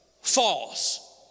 false